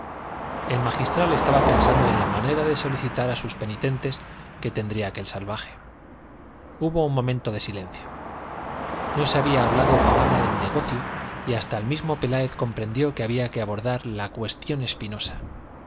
el magistral estaba pensando en la manera de solicitar a sus penitentes que tendría aquel salvaje hubo un momento de silencio no se había hablado palabra del negocio y hasta el mismo peláez comprendió que había que abordar la cuestión espinosa